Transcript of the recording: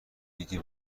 دیدی